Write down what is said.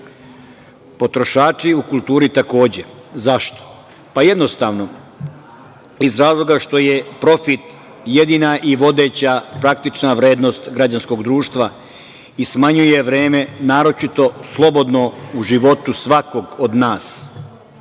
Potrošači u kulturi takođe.Zašto? Jednostavno iz razloga što je profit jedina i vodeća praktična vrednost građanskog društva i smanjuje vreme, naročito slobodno, u životu svakog od